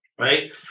right